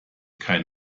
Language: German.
kein